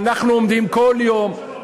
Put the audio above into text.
אנחנו עומדים כל יום,